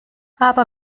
aber